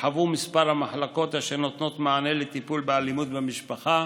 הורחבו מספר המחלקות אשר נותנות מענה לטיפול באלימות במשפחה,